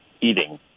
eating